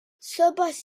sopes